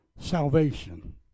Salvation